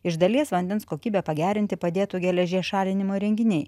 iš dalies vandens kokybę pagerinti padėtų geležies šalinimo įrenginiai